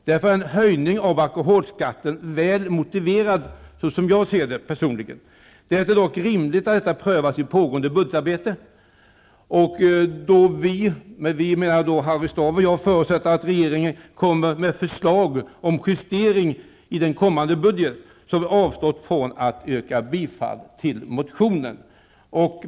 Därför är en höjning av alkoholskatten, som jag personligen ser det, väl motiverad. Det är dock rimligt att detta prövas i pågående budgetarbete. Då Harry Staaf och jag förutsätter att regeringen kommer med förslag om justering i den kommande budgeten, har vi avstått från att yrka bifall till motionen.